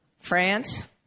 France